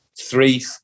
three